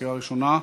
קריאה ראשונה,